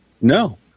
No